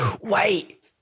Wait